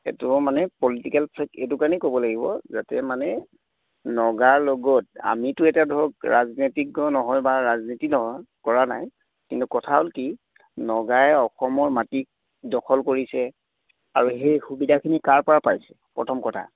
এইটো মানে political threat এইটো কাৰণেই ক'ব লাগিব যে মানে নগাৰ লগত আমিতো এতিয়া ধৰক ৰাজনীতি নহয় বা ৰাজনীতি নহয় কৰা নাই কিন্তু কথা হ'ল কি নগাই অসমৰ মাটি দখল কৰিছে আৰু সেই সুবিধাখিনি কাৰ পৰা পাইছে প্ৰথম কথা